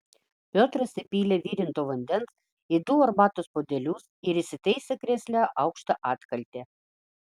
piotras įpylė virinto vandens į du arbatos puodelius ir įsitaisė krėsle aukšta atkalte